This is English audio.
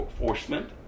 enforcement